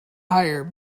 higher